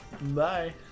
Bye